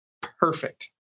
Perfect